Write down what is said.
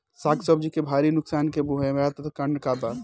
साग सब्जी के भारी नुकसान के बहुतायत कारण का बा?